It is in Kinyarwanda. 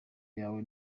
yawe